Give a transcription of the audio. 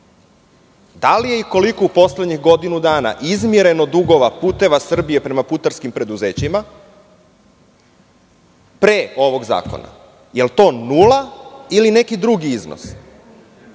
li je i koliko u poslednjih godinu dana izmireno dugova "Puteva Srbije" prema putarskim preduzećima pre ovog zakona? Da li je to nula ili neki drugi iznos?